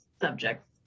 subjects